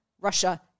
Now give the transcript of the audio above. Russia